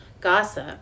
gossip